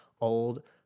old